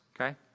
okay